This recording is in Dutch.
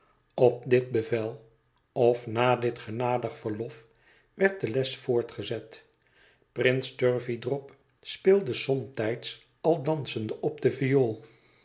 op dit bevel of na dit genadig verlof werd de les voortgezet prince turveydrop speelde somtijds al dansende op de viool